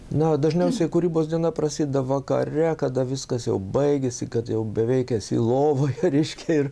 na dažniausiai kūrybos diena prasideda vakare kada viskas jau baigiasi kad jau beveik esi lovoj reiškia ir